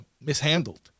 mishandled